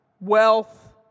wealth